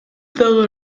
дагы